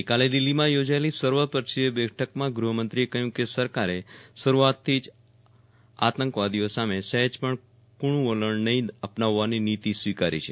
ગઈ કાલે દિલ્હીમાં ચોજાયેલી સર્વપક્ષીય બેઠકમાં ગૂહમંત્રીએ કહ્યું કે સરકારે શરૂઆતથી જ આતંકવાદીઓ સામે સહેજ પણ કુણું વલણ નહીં અપનાવવાની નીતિ સ્વીકારી છે